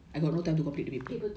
paper two ke paper one